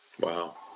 Wow